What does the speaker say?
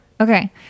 Okay